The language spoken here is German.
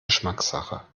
geschmackssache